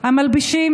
המלבישים,